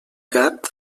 gat